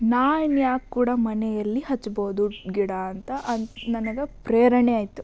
ನಾನ್ಯಾಕೆ ಕೂಡ ಮನೆಯಲ್ಲಿ ಹಚ್ಬೋದು ಗಿಡ ಅಂತೆ ನನಗೆ ಪ್ರೇರಣೆ ಆಯಿತು